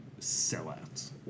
sellouts